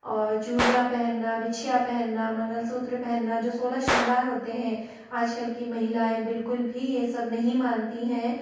चूड़ियाँ पहनना बिछिया पहनना मंगलसूत्र पहन्ना जो सोलह श्रृंगार होते हैं आज कल की महिलाएँ बिल्कुल भी ये सब नहीं मानतीं हैं